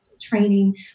training